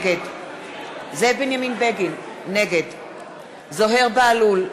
נגד זאב בנימין בגין, נגד זוהיר בהלול,